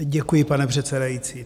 Děkuji, pane předsedající.